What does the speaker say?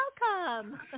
Welcome